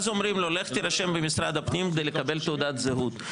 אומרים לו: לך תירשם במשרד הפנים לקבל תעודת זהות.